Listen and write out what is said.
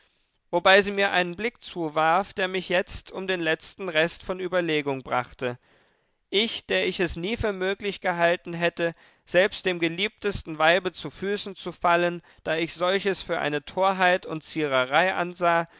wobei sie mir einen blick zuwarf der mich jetzt um den letzten rest von überlegung brachte ich der ich es nie für möglich gehalten hätte selbst dem geliebtesten weibe zu füßen zu fallen da ich solches für eine torheit und ziererei ansah